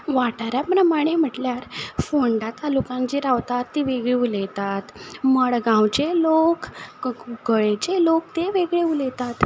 वाठारा प्रमाणें म्हटल्यार फोंडा तालुकान जी रावता ती वेगळी उलयतात मडगांवचे लोक कुंकळेचे लोक ते वेगळी उलयतात